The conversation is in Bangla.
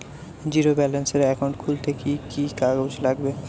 জীরো ব্যালেন্সের একাউন্ট খুলতে কি কি কাগজ লাগবে?